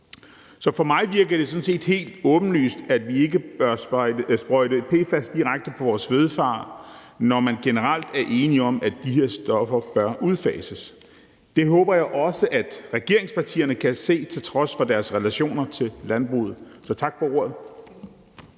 Så for mig virker det sådan set helt åbenlyst, at vi ikke bør sprøjte PFAS direkte på vores fødevarer, når man generelt er enige om, at de her stoffer bør udfases. Det håber jeg også at regeringspartierne kan se til trods for deres relationer til landbruget. Tak for ordet.